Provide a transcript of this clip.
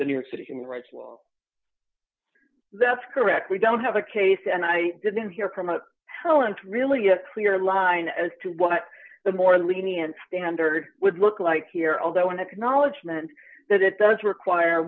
the new york city human rights will that's correct we don't have a case and i didn't hear from a parent really a clear line as to what the more lenient standard would look like here although an acknowledgement that it does require